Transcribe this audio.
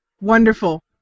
Wonderful